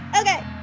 Okay